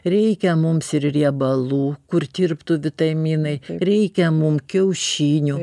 reikia mums ir riebalų kur tirptų vitaminai reikia mum kiaušinių